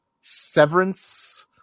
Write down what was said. severance